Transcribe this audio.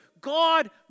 God